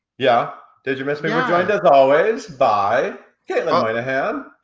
yeah, did you miss me? we're joined as always by caitlin moynihan,